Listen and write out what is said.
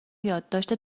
یادداشت